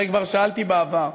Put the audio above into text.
הרי כבר שאלתי בעבר: